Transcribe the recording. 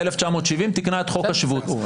ב-1970 תיקנה את חוק השבות.